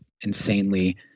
insanely